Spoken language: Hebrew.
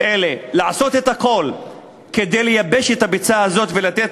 אלה לעשות הכול כדי לייבש את הביצה הזאת ולתת